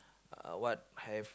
uh what have